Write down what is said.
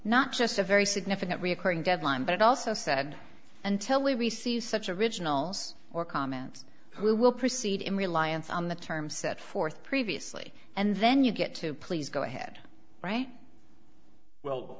not just a very significant reoccurring deadline but also said until we receive such a originals or comments we will proceed in reliance on the terms set forth previously and then you get to please go ahead right well